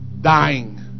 Dying